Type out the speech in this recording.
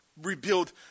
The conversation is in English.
rebuild